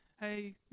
Hey